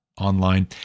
online